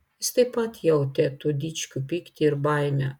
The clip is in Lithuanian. jis taip pat jautė tų dičkių pyktį ir baimę